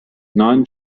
نان